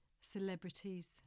celebrities